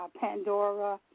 Pandora